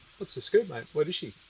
what's the scoop, mate? what is she?